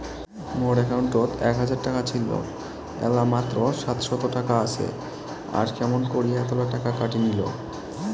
মোর একাউন্টত এক হাজার টাকা ছিল এলা মাত্র সাতশত টাকা আসে আর কেমন করি এতলা টাকা কাটি নিল?